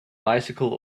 bicycle